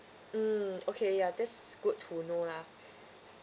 mm okay ya that's good to know lah